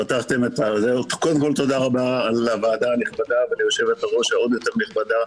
תודה רבה על הוועדה הנכבדה וליושבת-ראש העוד יותר נכבדה,